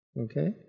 okay